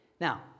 Now